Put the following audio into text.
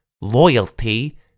loyalty